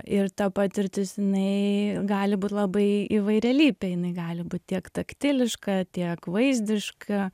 ir ta patirtis jinai gali būt labai įvairialypė jinai gali būt tiek taktiliška tiek vaizdiška